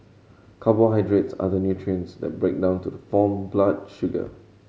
carbohydrates are the nutrients that break down to the form blood sugar